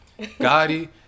Gotti